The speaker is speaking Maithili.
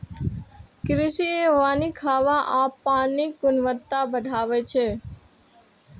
कृषि वानिक हवा आ पानिक गुणवत्ता बढ़बै छै